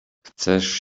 chcesz